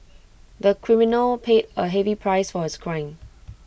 the criminal paid A heavy price for his crime